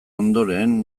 ondoren